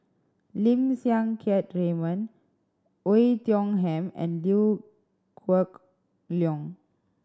Lim Siang Keat Raymond Oei Tiong Ham and Liew Geok Leong